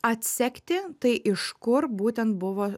atsekti tai iš kur būtent buvo